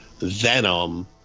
Venom